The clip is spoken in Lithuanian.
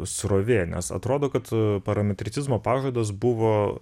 srovė nes atrodo kad parametricizmo pažadas buvo